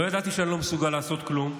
לא ידעתי שאני לא מסוגל לעשות כלום,